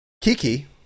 Kiki